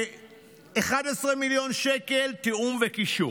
11 מיליון שקלים, תיאום וקישור,